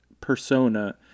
persona